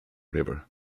river